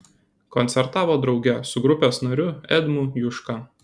koncertavo drauge su grupės nariu edmu juška